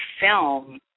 film